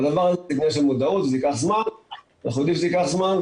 זה עניין של מודעות, אנחנו יודעים שזה ייקח זמן.